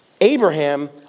Abraham